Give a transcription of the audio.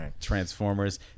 Transformers